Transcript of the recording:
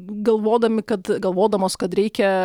galvodami kad galvodamos kad reikia